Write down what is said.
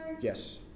yes